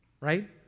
right